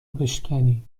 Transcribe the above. بشکنی